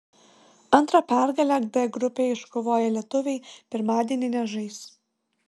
antra pergalę d grupėje iškovoję lietuviai pirmadienį nežais